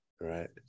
right